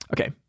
Okay